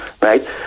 Right